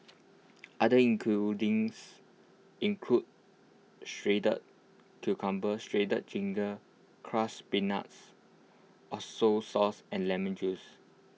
other ingredients include shredded cucumber shredded ginger crushed peanuts A soy sauce and lemon juice